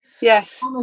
yes